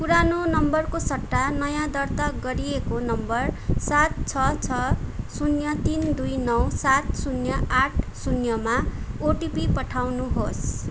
पुरानो नम्बरको सट्टा नयाँ दर्ता गरिएको नम्बर सात छ छ शून्य तिन दुई नौ सात शून्य आठ शून्यमा ओटिपी पठाउनुहोस्